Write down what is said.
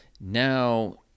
now